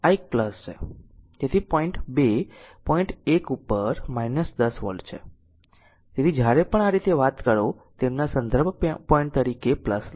તેથી point 2 point 1 ઉપર 10 volt છે તેથી જ્યારે પણ આ રીતે વાત કરો તેમના સંદર્ભ પોઈન્ટ તરીકે લો